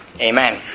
Amen